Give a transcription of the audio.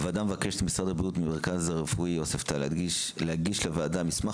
הוועדה מבקשת ממשרד הבריאות ומהמרכז הרפואי יוספטל להגיש לוועדה מסמך